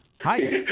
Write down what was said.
Hi